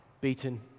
beaten